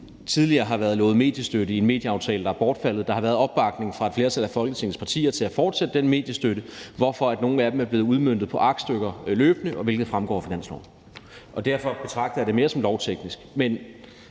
tidligere har været lovet mediestøtte i en medieaftale, der er bortfaldet, og at der har været opbakning fra et flertal af Folketingets partier til at fortsætte den mediestøtte, hvorfor nogle af dem er blevet udmøntet på aktstykker løbende, hvilket fremgår af finansloven. Derfor betragter jeg det mere som lovteknisk.